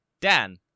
Dan